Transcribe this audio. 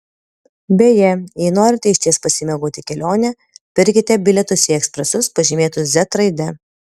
beje jei norite išties pasimėgauti kelione pirkite bilietus į ekspresus pažymėtus z raide